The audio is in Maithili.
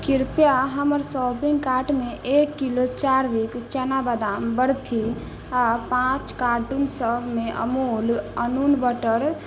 कृपया हमर शॉपिङ्ग कार्टमे एक किलो चारविक चना बादाम बर्फी आओर पाँच कार्टनसबमे अमूल अनून बटर